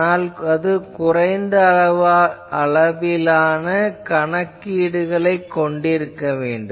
ஆனால் அது குறைந்த அளவிலான கணக்கீடுகளைக் கொண்டிருக்க வேண்டும்